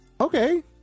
Okay